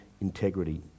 integrity